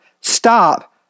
stop